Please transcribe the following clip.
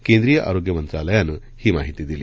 केंद्रीय आरोग्य मंत्रालयानं ही माहिती दिली